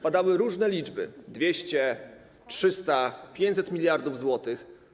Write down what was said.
Padały różne liczby: 200, 300, 500 mld zł.